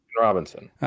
Robinson